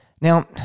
Now